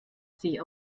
sie